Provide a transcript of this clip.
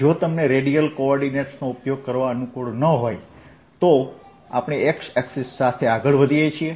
જો તમને radial coordinates ઉપયોગ કરવા અનુકૂળ ન હોય તો આપણે એક્સ અક્ષ સાથે આગળ વધીએ